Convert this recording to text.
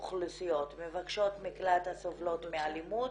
אוכלוסיות: מבקשות מקלט הסובלות מאלימות